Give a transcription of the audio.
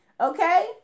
okay